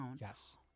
Yes